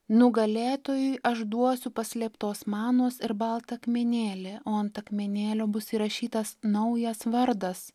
nugalėtojui aš duosiu paslėptos manos ir baltą akmenėlį o ant akmenėlio bus įrašytas naujas vardas